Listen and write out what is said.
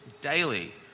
daily